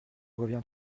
reviens